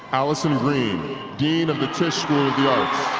allyson green, dean of the tisch school of the arts